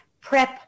PrEP